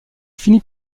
finit